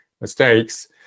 mistakes